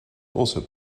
also